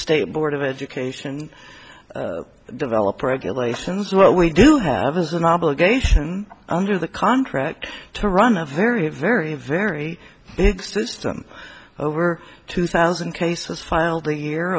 state board of education develop regulations what we do have is an obligation under the contract to run a very very very big system over two thousand cases filed a year